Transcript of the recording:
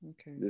Okay